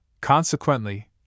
Consequently